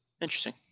interesting